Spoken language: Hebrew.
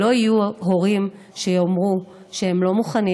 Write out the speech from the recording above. שלא יהיו הורים שיאמרו שהם לא מוכנים